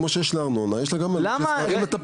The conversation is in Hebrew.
כמו שיש לה ארנונה אז יש לה גם תשלום למתווך.